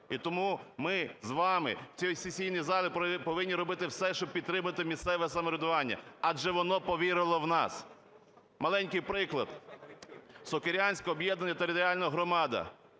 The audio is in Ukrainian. І тому ми з вами в цій сесійній залі повинні робити все, щоб підтримати місцеве самоврядування, адже воно повірило в нас. Маленький приклад. Сокирянська об'єднана територіальна громада.